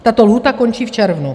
Tato lhůta končí v červnu.